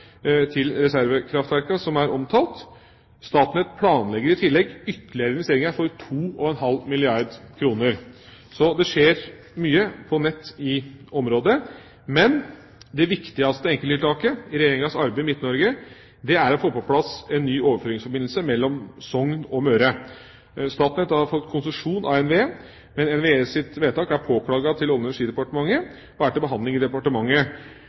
som er omtalt. Statnett planlegger i tillegg ytterligere investeringer for 2,5 milliarder kr. Så det skjer mye på nett i området. Det viktigste enkelttiltaket i Regjeringas arbeid i Midt-Norge er å få på plass en ny overføringsforbindelse mellom Sogn og Møre. Statnett har fått konsesjon av NVE, men NVEs vedtak er påklaget til Olje- og energidepartementet, og saken er til behandling i departementet.